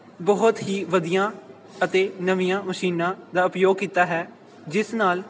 ਬਹੁਤ ਹੀ ਵਧੀਆ ਅਤੇ ਨਵੀਆਂ ਮਸ਼ੀਨਾਂ ਦਾ ਉਪਯੋਗ ਕੀਤਾ ਹੈ ਜਿਸ ਨਾਲ